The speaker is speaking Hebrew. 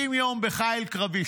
60 יום בחיל קרבי,